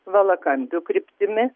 valakampių kryptimi